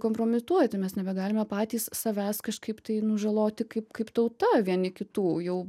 kompromituoti mes nebegalime patys savęs kažkaip tai nu žaloti kaip kaip tauta vieni kitų jau